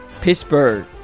Pittsburgh